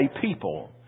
people